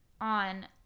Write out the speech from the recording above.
on